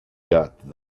got